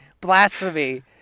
blasphemy